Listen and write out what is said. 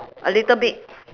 a little bit